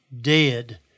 dead